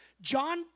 John